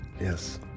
yes